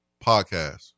podcast